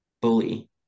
bully